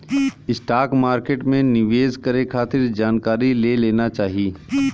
stock market में निवेश करे खातिर जानकारी ले लेना चाही